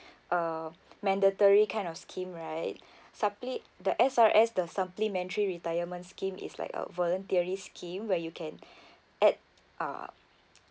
a mandatory kind of scheme right supple~ the S_R_S the supplementary retirement scheme is like a voluntary scheme where you can add uh